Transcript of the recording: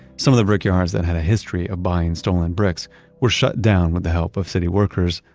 some of the brickyards that had a history of buying stolen bricks were shut down with the help of city workers,